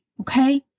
Okay